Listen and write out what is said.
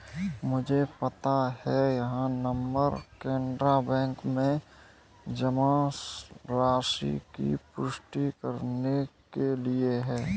मुझे पता है यह नंबर कैनरा बैंक में जमा राशि की पुष्टि करने के लिए है